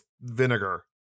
vinegar